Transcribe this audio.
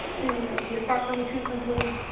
the the effect on the treatment group,